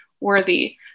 Worthy